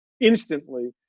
instantly